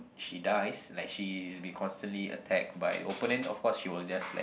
she dies like she's be constantly attacked by opponent of course she will just like